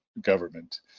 government